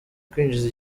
kwinjiza